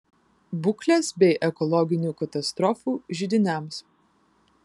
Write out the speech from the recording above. būklės bei ekologinių katastrofų židiniams